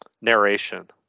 narration